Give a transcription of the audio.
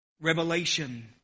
revelation